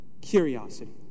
curiosity